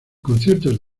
conciertos